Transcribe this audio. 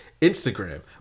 Instagram